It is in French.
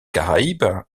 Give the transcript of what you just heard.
caraïbe